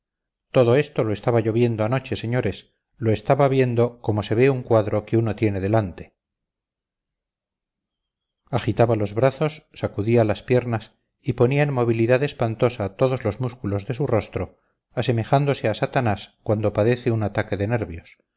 todo esto lo estaba yo viendo anoche señores lo estaba viendo como se ve un cuadro que uno tiene delante agitaba los brazos sacudía las piernas y ponía en movilidad espantosa todos los músculos de su rostro asemejándose a satanás cuando padece un ataque de nervios